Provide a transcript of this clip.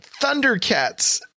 thundercats